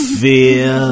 fear